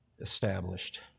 established